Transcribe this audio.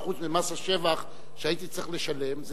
50% ממס השבח שהייתי צריך לשלם,